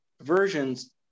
versions